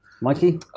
Mikey